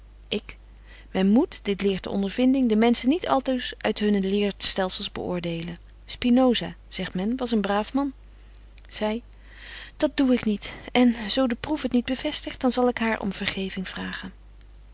ik men moet dit leert de ondervinding de menschen niet altoos uit hunne leerstelzels beoordelen spinosa zegt men was een braaf man zy dat doe ik niet en zo de proef het niet bevestigt dan zal ik haar om vergeving vragen